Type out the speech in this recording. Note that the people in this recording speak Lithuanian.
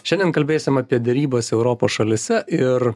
šiandien kalbėsim apie derybas europos šalyse ir